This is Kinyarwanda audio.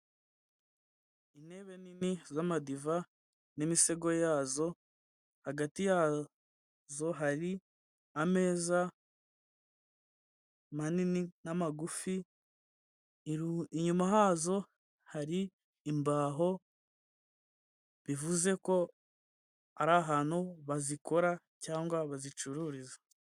Intebe nini z'amadiva n'imisego yazo, hagati yazo hari ameza manini n'amagufi, inyuma hazo hari imbaho bivuze ko ari ahantu bazikora cyangwa bazicururiza.